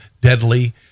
deadly